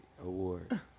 award